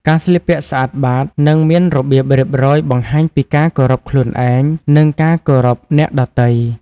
ការស្លៀកពាក់ស្អាតបាត និងមានរបៀបរៀបរយបង្ហាញពីការគោរពខ្លួនឯង និងការគោរពអ្នកដទៃ។